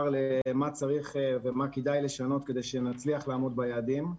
למה צריך לעשות ומה כדאי לשנות כדי שנצליח לעמוד ביעדים.